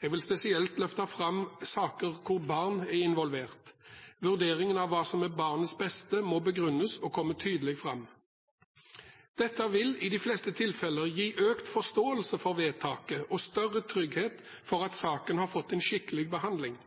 Jeg vil spesielt løfte fram saker hvor barn er involvert. Vurderingen av hva som er barnets beste må begrunnes og komme tydelig fram. Dette vil, i de fleste tilfeller, gi økt forståelse for vedtaket og større trygghet for at saken har fått en skikkelig behandling.